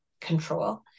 control